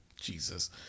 Jesus